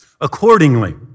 Accordingly